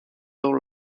dans